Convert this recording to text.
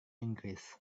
inggris